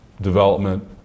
development